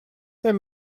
wenn